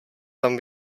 tam